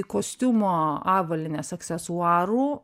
kostiumo avalynės aksesuarų